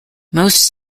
most